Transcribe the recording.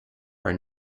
are